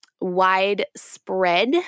widespread